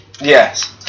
Yes